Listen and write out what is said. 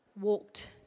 walked